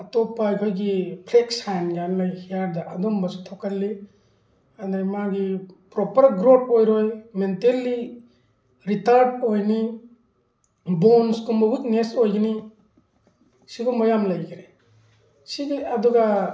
ꯑꯇꯣꯞꯄ ꯑꯩꯈꯣꯏꯒꯤ flag sign ꯀꯥꯏꯅ ꯂꯩ ꯍꯤꯌꯥꯔꯗ ꯑꯗꯨꯝꯕꯁꯨ ꯊꯣꯛꯀꯜꯂꯤ ꯑꯗꯩ ꯃꯥꯒꯤ ꯄ꯭ꯔꯣꯄꯔ ꯒ꯭ꯔꯣꯠ ꯑꯣꯏꯔꯣꯏ ꯃꯦꯟꯇꯦꯜꯂꯤ ꯔꯤꯇꯥꯔꯠ ꯑꯣꯏꯅꯤ ꯕꯣꯟꯁꯀꯨꯝꯕ ꯋꯤꯛꯅꯦꯁ ꯑꯣꯏꯒꯅꯤ ꯁꯤꯒꯨꯝꯕ ꯌꯥꯝꯅ ꯂꯩꯈ꯭ꯔꯦ ꯁꯤꯗꯤ ꯑꯗꯨꯒ